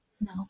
No